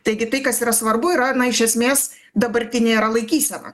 taigi tai kas yra svarbu yra iš esmės dabartinė yra laikysena